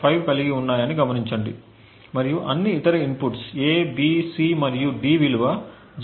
5 కలిగి ఉన్నాయని గమనించండి మరియు అన్ని ఇతర inputs A B C మరియు D విలువ 0